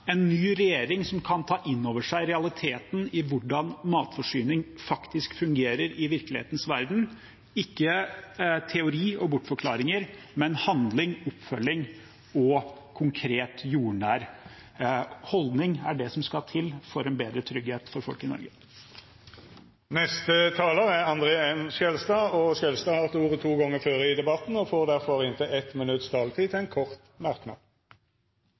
en ny regjering som kan ta inn over seg realiteten i hvordan matforsyning faktisk fungerer i virkelighetens verden. Ikke teori og bortforklaringer, men handling, oppfølging og en konkret, jordnær holdning er det som skal til for en bedre trygghet for folk i Norge. Representanten André N. Skjelstad har hatt ordet to gonger tidlegare og får ordet til ein kort merknad, avgrensa til